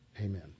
Amen